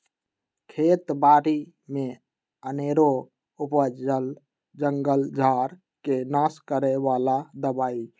खेत बारि में अनेरो उपजल जंगल झार् के नाश करए बला दबाइ